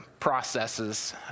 processes